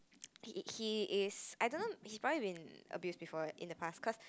he he he is I don't know he's probably been abused before in the past cause